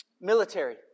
military